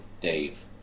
Dave